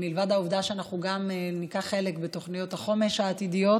מלבד העובדה שאנחנו גם ניקח חלק בתוכניות החומש העתידיות,